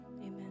amen